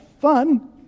fun